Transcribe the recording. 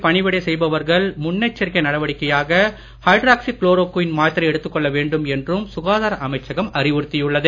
பணிவிடை செய்பவர்கள் முன் எச்சரிக்கை நடவடிக்கையாக ஹைட்ராக்சி குளோரோகுவின் மாத்திரை எடுத்துக் கொள்ள வேண்டும் என்றும் சுகாதார அமைச்சகம் அறிவுறுத்தியுள்ளது